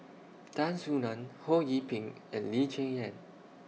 Tan Soo NAN Ho Yee Ping and Lee Cheng Yan